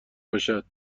باشد